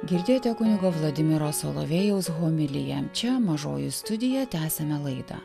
girdėjote kunigo vladimiro solovėjaus homiliją čia mažoji studija tęsiame laidą